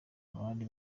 bari